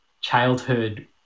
childhood